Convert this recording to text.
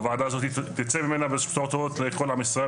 הוועדה הזאת תצא ממנה בשורות טובות לכל עם ישראל,